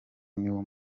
niwo